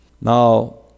Now